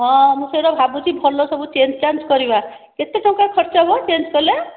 ହଁ ମୁଁ ସେଇଟା ଭାବୁଛି ଭଲ ସବୁ ଚେଞ୍ଜ ଚାଞ୍ଜ କରିବା କେତେ ଟଙ୍କା ଖର୍ଚ୍ଚ ହେବ ଚେଞ୍ଜ କଲେ